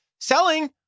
selling